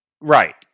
right